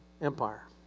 Empire